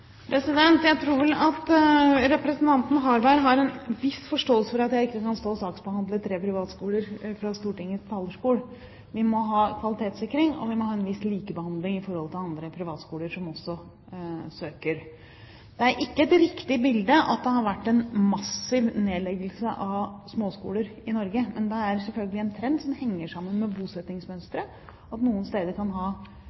Jeg tror vel at representanten Harberg har en viss forståelse for at jeg ikke kan stå og saksbehandle søknader om tre privatskoler fra Stortingets talerstol. Vi må ha kvalitetssikring, og vi må ha en viss likebehandling i forhold til andre privatskoler som også søker. Det er ikke et riktig bilde at det har vært en massiv nedleggelse av småskoler i Norge, men det er selvfølgelig en trend som henger sammen med